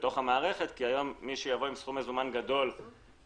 לתוך המערכת כי היום מי שיבוא עם סכום מזומן גדול לבנק,